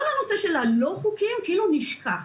כל הנושא של הלא חוקיים, כאילו נשכח.